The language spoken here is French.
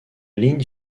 ligne